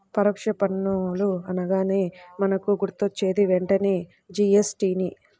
పరోక్ష పన్నులు అనగానే మనకు గుర్తొచ్చేది వెంటనే జీ.ఎస్.టి నే